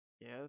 Yes